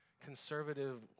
conservative